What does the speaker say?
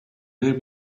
there